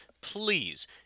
Please